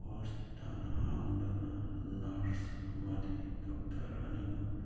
hospital ꯍꯥꯡꯗꯨꯅ nurse ꯑꯃꯗꯤ doctor ꯑꯅꯤꯃꯛ